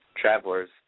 travelers